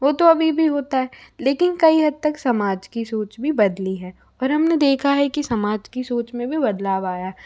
वो तो अभी भी होता है लेकिन कई हद तक समाज की सोच भी बदली है और हम ने देखा है कि समाज की सोच में भी बदलाव आया